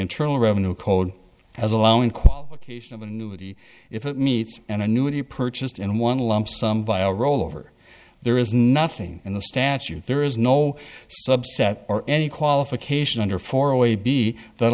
internal revenue code as allowing qualification of annuity if it meets an annuity purchased in one lump sum by a rollover there is nothing in the statute there is no subset or any qualification under for away b that